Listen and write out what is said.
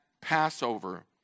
Passover